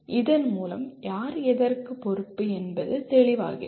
இதன் மூலம் யார் எதற்கு பொறுப்பு என்பது தெளிவாகிறது